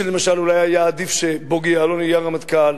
שלמשל אולי היה עדיף שבוגי יעלון יהיה רמטכ"ל,